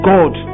God